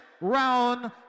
round